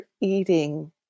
eating